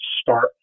start